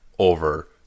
over